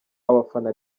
abafana